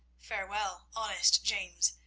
farewell, honest james,